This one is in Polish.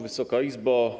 Wysoka Izbo!